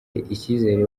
ikizere